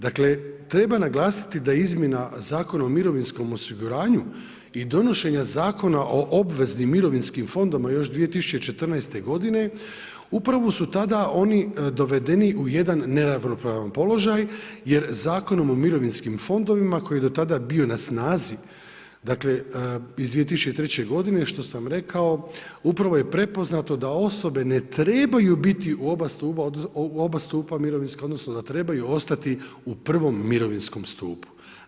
Dakle treba naglasiti da je izmjena Zakona o mirovinskom osiguranju i donošenja Zakona o obveznim mirovinskim fondovima još 2014. godine upravo su tada oni dovedeni u jedan neravnopravan položaj jer Zakonom o mirovinskim fondovima koji je do tada bio na snazi iz 2003. godine što sam rekao upravo je prepoznato da osobe ne trebaju biti u oba stupa mirovinska odnosno da trebaju ostati u prvom mirovinskom stupu.